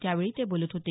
त्यावेळी ते बोलत होते